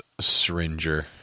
syringer